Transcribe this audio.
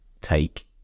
take